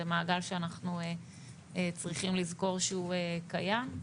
זה מעגל שאנחנו צריכים לזכור שהוא קיים.